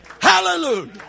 Hallelujah